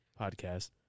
podcast